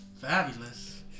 fabulous